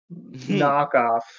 knockoff